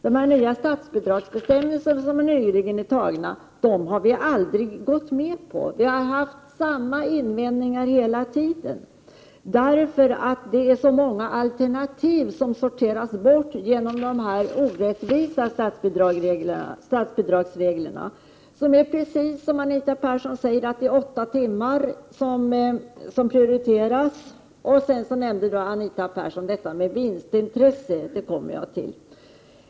De nya statsbidragsbestämmelserna, som nyligen har antagits, har vi aldrig gått med på. Vi har haft samma invändningar hela tiden: det är så många alternativ som sorteras bort genom de orättvisa statsbidragsreglerna. Precis som Anita Persson säger är det åttatimmarshemmen som prioriteras. Sedan nämnde Anita Persson det där med vinstintresset — det kommer jag till.